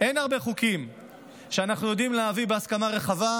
אין הרבה חוקים שאנחנו יודעים להביא בהסכמה רחבה,